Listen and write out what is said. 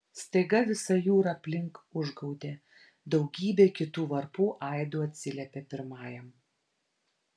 staiga visa jūra aplink užgaudė daugybė kitų varpų aidu atsiliepė pirmajam